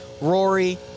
Rory